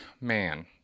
man